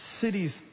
cities